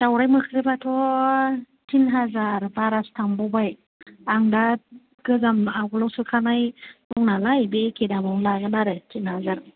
दाउराइ मोख्रेबाथ' तिन हाजार बारासो थांबावबाय आं दा गोजाम आगोलाव सोखानाय दंनालाय बे एखे दामावनो लागोन आरो तिन हाजार